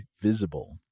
Visible